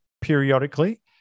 periodically